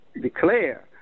declare